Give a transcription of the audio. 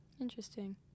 Interesting